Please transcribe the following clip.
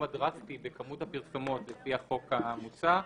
הדרסטי בכמות הפרסומות לפי החוק המוצע,